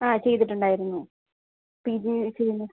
ആ ചെയ്തിട്ടുണ്ടായിരുന്നു P G ചെയ്യുന്നത്